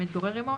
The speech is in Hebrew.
המתגורר עמו,